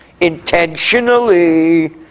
Intentionally